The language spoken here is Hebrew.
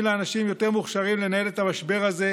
לאנשים יותר מוכשרים לנהל את המשבר הזה,